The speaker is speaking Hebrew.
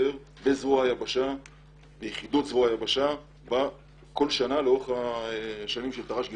בזרוע היבשה בכל שנה מהשנים של תר"ש גדעון.